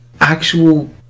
actual